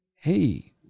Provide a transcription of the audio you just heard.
hey